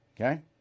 Okay